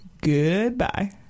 Goodbye